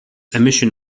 emission